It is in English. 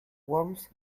worms